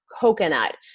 coconut